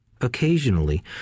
occasionally